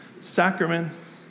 sacraments